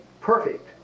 perfect